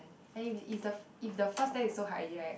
and if if the if the first test is so hard already right